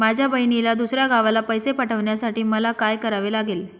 माझ्या बहिणीला दुसऱ्या गावाला पैसे पाठवण्यासाठी मला काय करावे लागेल?